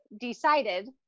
decided